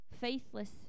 Faithless